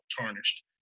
tarnished